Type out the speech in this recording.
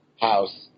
house